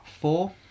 Four